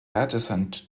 adjacent